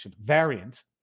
variant